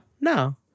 No